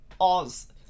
Oz